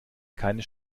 keine